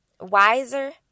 wiser